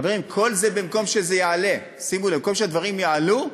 חברים, כל זה במקום שזה יעלה, במקום שהדברים יעלו,